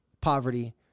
poverty